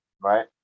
right